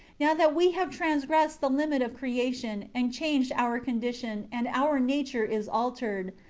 now that we have transgressed the limit of creation, and changed our condition, and our nature is altered.